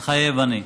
מתחייב אני.